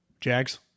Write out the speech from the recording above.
Jags